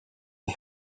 des